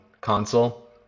console